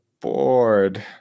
bored